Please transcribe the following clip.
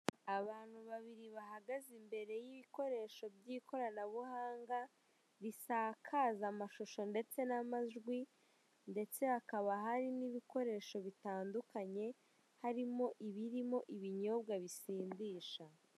Abantu babiri bahagaze imbere y'ibikoresho by'ikoranabuhanga, risakaza amashusho ndetse n'amajwi ndetse hakaba hari n'ibikoresho bitandukanye, harimo ibirimo ibinyobwa bisindisha.